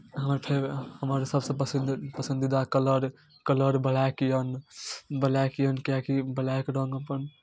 हमर फेव हमर सभसँ पसन्दी पसन्दीदा कलर कलर ब्लैक यए ब्लैक यए किएकि ब्लैक रङ्ग अपन